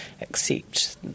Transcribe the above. accept